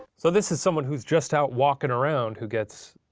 so this is someone who's just out walking around who gets,